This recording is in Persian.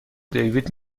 دیوید